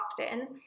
often